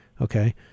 Okay